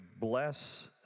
bless